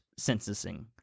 censusing